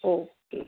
okay